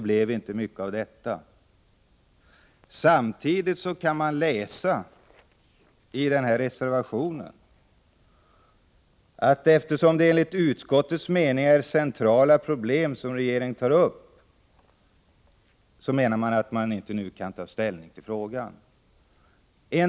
Samtidigt kan vi läsa i reservationen till detta betänkande, att eftersom ”det enligt utskottets mening är centrala problem, som regeringen tar upp” kan riksdagen inte nu ta ställning till frågan.